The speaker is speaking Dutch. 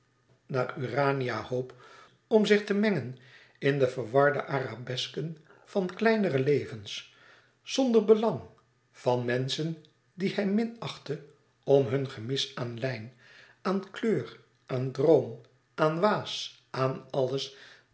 naar urania hope om zich te mengen in de verwarde arabesken van kleinere levens zonder belang van menschen die hij minachtte om hun gemis aan lijn aan kleur aan droom aan waas aan alles